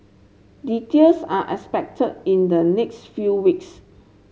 details are expected in the next few weeks